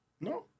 No